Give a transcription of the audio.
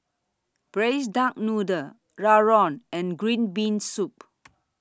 Braised Duck Noodle Rawon and Green Bean Soup